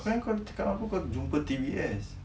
apa eh kau cakap ngan aku kau jumpa T_V_S